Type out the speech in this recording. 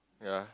ya